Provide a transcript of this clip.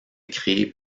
créés